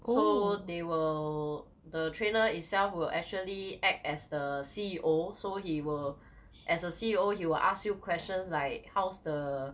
so they will the trainer itself will actually act as the C_E_O so he will as a C_E_O he will ask you questions like how's the